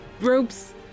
ropes